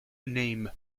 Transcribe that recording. name